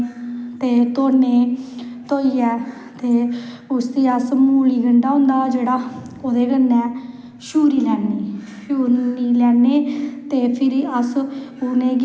मेला लगदा लोग मेला दिक्खन जंदे फिरी उध्दर कुश बच्चे खलौने बगैरा ओह् खरीदियै लेआंदे पकौड़े होंदे उध्दर जलेबियां होंदियां